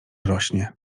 rośnie